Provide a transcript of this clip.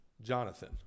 Jonathan